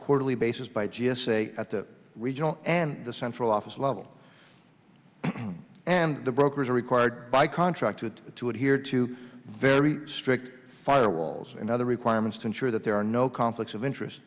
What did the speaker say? quarterly basis by g s a at the regional and the central office level and the brokers are required by contract to to adhere to very strict firewalls and other requirements to ensure that there are no conflicts of interest